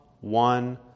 one